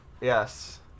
Yes